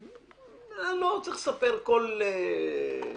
לא צריך לספר כל דבר.